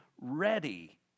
ready